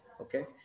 okay